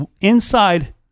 inside